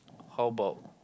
how about